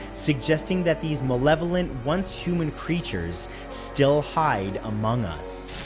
suggesting that these malevolent, once-human creatures still hide among us.